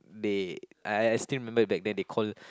they I I still remember back then they call